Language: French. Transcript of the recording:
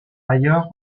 ailleurs